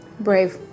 Brave